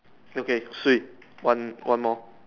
okay three one one more